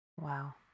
Wow